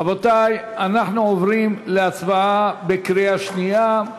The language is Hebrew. רבותי, אנחנו עוברים להצבעה בקריאה שנייה על